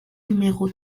numéro